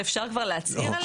שאפשר כבר להצהיר עליהם?